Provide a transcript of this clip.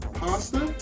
pasta